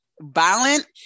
Violent